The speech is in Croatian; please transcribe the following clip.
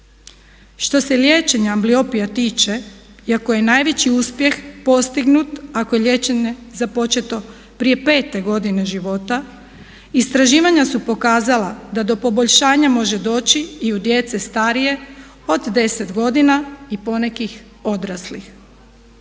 Što se liječenja ambliopija tiče i ako je najveći uspjeh postignut, ako je liječenje započeto prije 5-e godine života istraživanja su pokazala da do poboljšanja može doći i u djece starije od deset godina i ponekih odraslih.